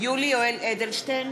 יולי יואל אדלשטיין,